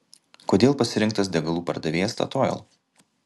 kodėl pasirinktas degalų pardavėjas statoil